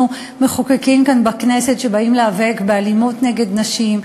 מחוקקים כאן בכנסת ובאים להיאבק באלימות נגד נשים,